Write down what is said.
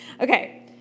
Okay